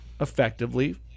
effectively